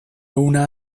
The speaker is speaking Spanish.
una